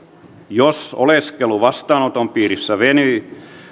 jos oleskelu vastaanoton piirissä venyy